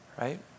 right